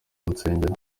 nsengero